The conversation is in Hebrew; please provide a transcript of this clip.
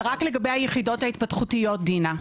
זה רק לגבי היחידות ההתפתחותיות, דינה.